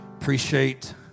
Appreciate